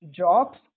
jobs